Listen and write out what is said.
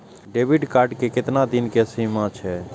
Debit card के केतना दिन के सीमा छै?